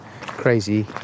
crazy